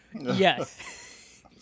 Yes